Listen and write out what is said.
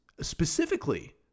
specifically